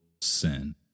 sin